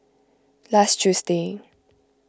last Tuesday